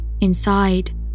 Inside